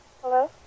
Hello